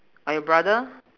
or your brother